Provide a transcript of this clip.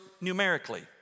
numerically